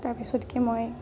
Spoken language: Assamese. তাৰপিছতকে মই